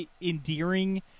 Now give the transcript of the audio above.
endearing